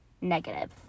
negative